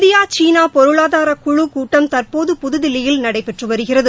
India சீனா பொருளாதாரக் குழு கூட்டம் தற்போது புதுதில்லியில் நடைபெற்று வருகிறது